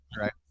right